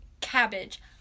Cabbage